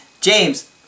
James